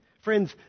Friends